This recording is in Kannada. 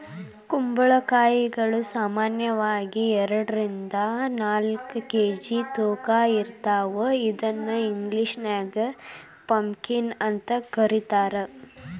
ಕುಂಬಳಕಾಯಿಗಳು ಸಾಮಾನ್ಯವಾಗಿ ಎರಡರಿಂದ ನಾಲ್ಕ್ ಕೆ.ಜಿ ತೂಕ ಇರ್ತಾವ ಇದನ್ನ ಇಂಗ್ಲೇಷನ್ಯಾಗ ಪಂಪಕೇನ್ ಅಂತ ಕರೇತಾರ